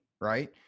right